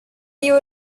you